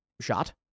shot